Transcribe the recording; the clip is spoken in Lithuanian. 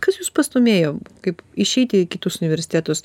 kas jus pastūmėjo kaip išeiti į kitus universitetus